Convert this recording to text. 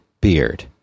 beard